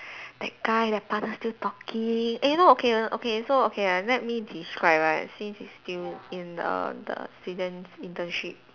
that guy that bugger still talking eh no okay okay so okay ah let me describe ah since it's still in the the student's internship